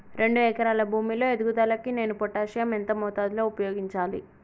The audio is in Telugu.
రెండు ఎకరాల భూమి లో ఎదుగుదలకి నేను పొటాషియం ఎంత మోతాదు లో ఉపయోగించాలి?